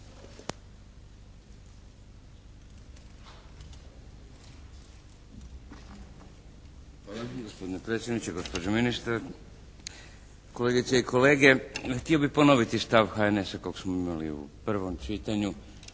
Hvala gospodine predsjedniče. Gospođo ministre. Kolegice i kolege, htio bih ponoviti stav HNS-a kog smo imali u prvom čitanju.